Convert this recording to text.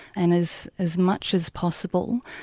and as as much as possible,